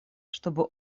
чтобы